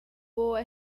boa